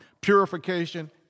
purification